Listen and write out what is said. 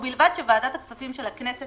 ובלבד שוועדת הכספים של הכנסת